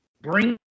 bring